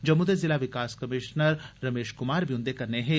जम्मू दे ज़िला विकास कमीशनर रमेश कुमार बी उन्दे कन्नै हे